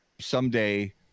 someday